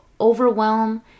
overwhelm